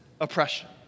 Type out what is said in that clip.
oppression